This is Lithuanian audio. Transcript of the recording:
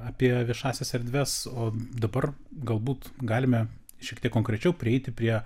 apie viešąsias erdves o dabar galbūt galime šiek tiek konkrečiau prieiti prie